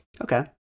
Okay